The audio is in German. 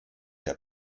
der